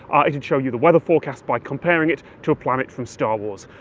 it'd show you the weather forecast by comparing it to a planet from star wars.